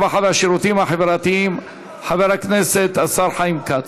הרווחה והשירותים החברתיים חבר הכנסת השר חיים כץ.